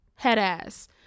Headass